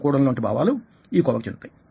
అనుకోవడం లాంటి భావాలు ఈ కోవకు చెందుతాయి